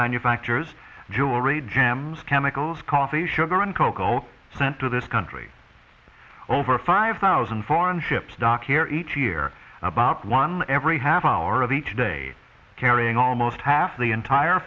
manufactures jewelry gems chemicals coffee sugar and cocoa sent to this country over five thousand foreign ships docked here each year about one every half hour of each day carrying almost half the entire